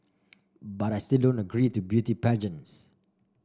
but I still don't agree to beauty pageants